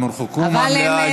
הם הורחקו מהמליאה.